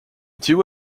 two